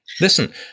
Listen